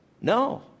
No